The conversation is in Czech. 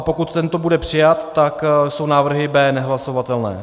Pokud tento bude přijat, tak jsou návrhy B nehlasovatelné.